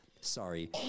Sorry